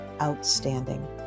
outstanding